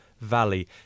valley